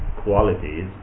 qualities